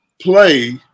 play